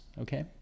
okay